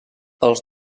els